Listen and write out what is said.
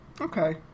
Okay